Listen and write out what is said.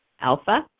alpha